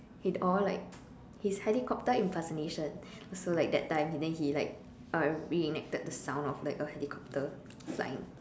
he or like his helicopter impersonation also like that time then he like uh re-enacted the sound of like a helicopter flying